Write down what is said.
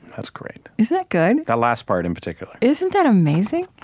that's great isn't that good? that last part in particular isn't that amazing?